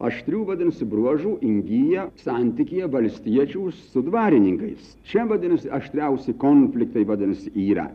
aštrių vadinasi bruožų įgyja santykyje valstiečių su dvarininkais čia vadinasi aštriausi konfliktai vadinasi yra